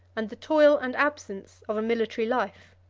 and the toil and absence of a military life.